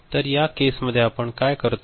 तर या केस मध्ये आपण काय करतो